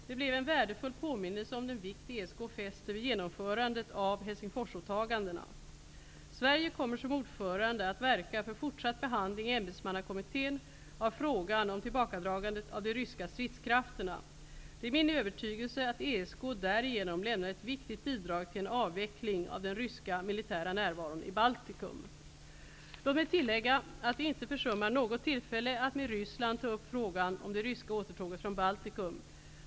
Den blev en värdefull påminnelse om den vikt ESK fäster vid genomförandet av Helsingforsåtagandena. Sverige kommer som ordförande att verka för fortsatt behandling i ämbetsmannakommittén av frågan om tillbakadragande av de ryska stridskrafterna. Det är min övertygelse att ESK därigenom lämnar ett viktigt bidrag till en avveckling av den ryska militära närvaron i Låt mig tillägga, att vi inte försummar något tillfälle att med Ryssland ta upp frågan om det ryska återtåget från Baltikum.